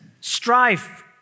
strife